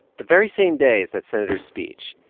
the very same day as that senator's speech,